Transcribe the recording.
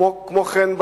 כמו כן,